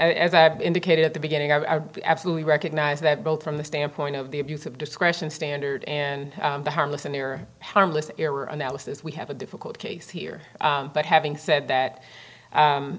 as i indicated at the beginning i absolutely recognize that both from the standpoint of the abuse of discretion standard and the harmless and they are harmless error analysis we have a difficult case here but having said